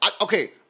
okay